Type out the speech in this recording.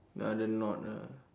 rather not ah